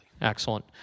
Excellent